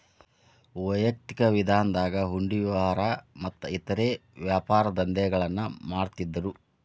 ವೈಯಕ್ತಿಕ ವಿಧಾನದಾಗ ಹುಂಡಿ ವ್ಯವಹಾರ ಮತ್ತ ಇತರೇ ವ್ಯಾಪಾರದಂಧೆಗಳನ್ನ ಮಾಡ್ತಿದ್ದರು